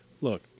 look